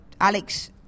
Alex